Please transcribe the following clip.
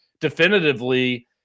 definitively